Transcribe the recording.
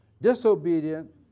disobedient